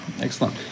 excellent